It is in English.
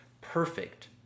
perfect